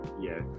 yes